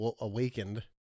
awakened